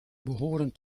behoren